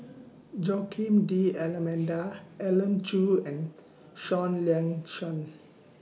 Joaquim D'almeida Elim Chew and Seah Liang Seah